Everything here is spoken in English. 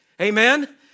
Amen